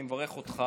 אני מברך אותך.